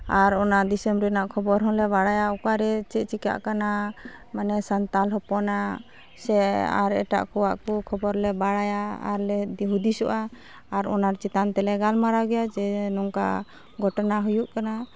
ᱟᱨ ᱚᱱᱟ ᱫᱤᱥᱚᱢ ᱨᱮᱱᱟᱜ ᱠᱷᱚᱵᱚᱨ ᱦᱚᱸᱞᱮ ᱵᱟᱲᱟᱭᱟ ᱚᱠᱟ ᱨᱮ ᱪᱮᱫ ᱪᱮᱠᱟᱹᱜ ᱠᱟᱱᱟ ᱢᱟᱱᱮ ᱥᱟᱱᱛᱟᱲ ᱦᱚᱯᱚᱱᱟᱜ ᱥᱮ ᱟᱨ ᱮᱴᱟᱜ ᱠᱚᱣᱟᱜ ᱠᱚ ᱠᱷᱚᱵᱚᱨ ᱞᱮ ᱵᱟᱲᱟᱭᱟ ᱟᱨ ᱞᱮ ᱦᱩᱫᱤᱥᱚᱜᱼᱟ ᱟᱨ ᱚᱱᱟ ᱪᱮᱛᱟᱱ ᱛᱮᱞᱮ ᱜᱟᱞᱢᱟᱨᱟᱣ ᱜᱮᱭᱟ ᱡᱮ ᱱᱚᱝᱠᱟ ᱜᱷᱚᱴᱚᱱᱟ ᱦᱩᱭᱩᱜ ᱠᱟᱱᱟ